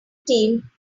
team